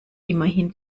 immerhin